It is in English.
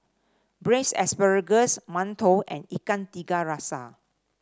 Braised Asparagus mantou and Ikan Tiga Rasa